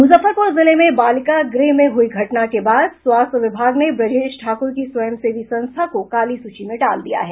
मुजफ्फरपुर जिले में बालिका गृह में हुई घटना के बाद स्वास्थ्य विभाग ने ब्रजेश ठाकुर की स्वयंसेवी संस्था को काली सूची में डाल दिया है